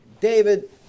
David